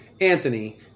Anthony